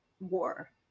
war